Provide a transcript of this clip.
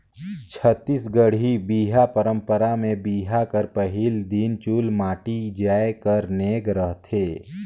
छत्तीसगढ़ी बिहा पंरपरा मे बिहा कर पहिल दिन चुलमाटी जाए कर नेग रहथे